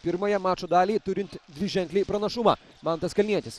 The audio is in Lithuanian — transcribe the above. pirmąją mačo dalį turint dviženklį pranašumą mantas kalnietis